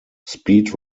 speed